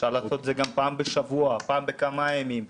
אפשר לעשות את זה גם פעם בשבוע, פעם בכמה ימים.